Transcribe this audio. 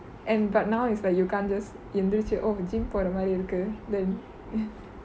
and but now is like you can't just எந்திருச்சி:enthiruchi oh gym போர மாரி இருக்கு:pore maari iruku then